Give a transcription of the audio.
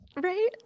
Right